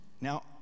now